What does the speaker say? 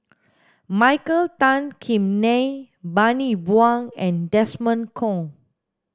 Michael Tan Kim Nei Bani Buang and Desmond Kon